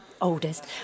oldest